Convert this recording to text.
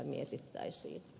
herra puhemies